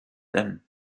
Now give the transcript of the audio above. them